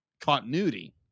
continuity